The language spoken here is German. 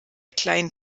kleinen